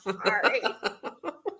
sorry